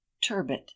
turbot